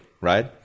Right